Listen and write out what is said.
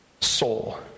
soul